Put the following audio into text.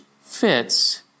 fits